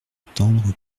attendre